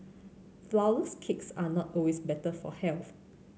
flourless cakes are not always better for health